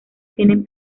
tienen